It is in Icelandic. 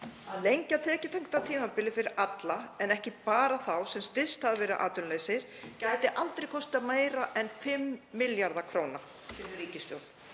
Að lengja tekjutengda tímabilið fyrir alla en ekki bara þá sem styst hafa verið atvinnulausir gæti aldrei kostað meira en 5 milljarða kr.